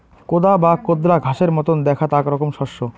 কোদা বা কোদরা ঘাসের মতন দ্যাখাত আক রকম শস্য